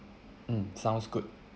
mm sounds good